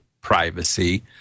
privacy